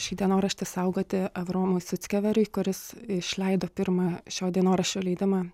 šį dienoraštį saugoti abraomui suckeveriui kuris išleido pirmą šio dienoraščio leidimą